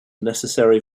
necessary